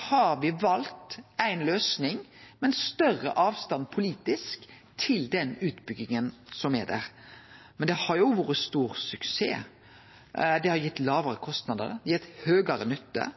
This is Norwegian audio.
har me valt ei løysing med større avstand politisk til den utbygginga som er der. Men det har jo vore ein stor suksess. Det har gitt lågare kostnader og høgare nytte,